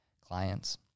clients